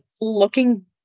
looking